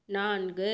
நான்கு